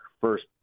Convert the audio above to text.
first